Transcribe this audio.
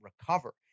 recover